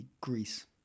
Greece